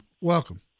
welcome